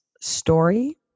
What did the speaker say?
story